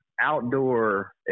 outdoor